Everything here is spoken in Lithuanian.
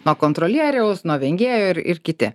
nuo kontrolieriaus nuo vengėjo ir ir kiti